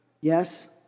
Yes